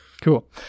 Cool